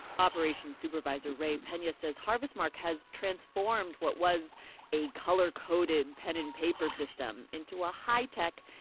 operations supervisor ray pena says harvestmark has transformed what was a color-coded, pen-and-paper system into a high-tech,